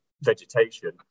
vegetation